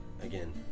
again